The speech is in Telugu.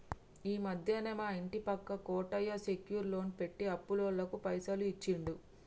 ఈ మధ్యనే మా ఇంటి పక్క కోటయ్య సెక్యూర్ లోన్ పెట్టి అప్పులోళ్లకు పైసలు ఇచ్చిండు